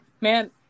man